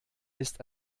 ist